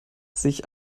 sich